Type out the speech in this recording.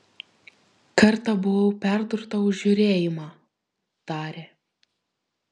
kartą buvau perdurta už žiūrėjimą tarė